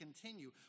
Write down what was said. continue